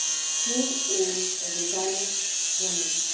she is a dishonest woman.